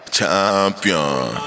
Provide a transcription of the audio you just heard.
Champion